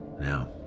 Now